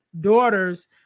daughters